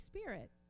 Spirit